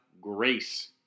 Grace